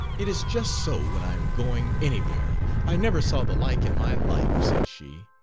it is just so when i am going anywhere i never saw the like in my life, said she.